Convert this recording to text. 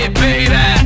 baby